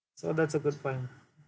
so that's a good point